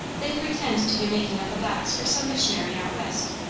they pretend to be making up a box for some missionary out west.